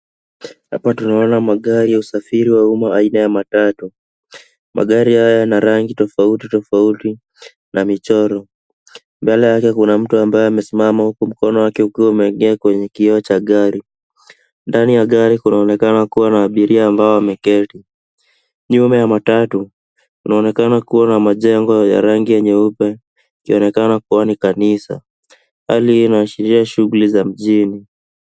Hapa tunaona magari ya usafiri wa umma aina ya matatu. Magari haya yana rangi tofauti tofauti la michoro. Mbele yake kuna mtu ambaye amesimama huku mkono wake ukiwa umeegea kwenye kioo cha gari. Ndani ya gari kunaonekana kuwa na abiria ambao wameketi. Nyuma ya matatu, kunaonekana kuwa na majengo ya rangi ya nyeupe, ikionekana kuwa ni kanisa. Hali hii inaashiria shughuli za mijini.